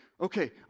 okay